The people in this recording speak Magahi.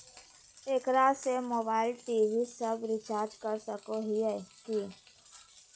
एकरा से मोबाइल टी.वी सब रिचार्ज कर सको हियै की?